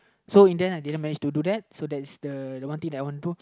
so in the end I didn't manage to do that so that's the the one thing that I want to do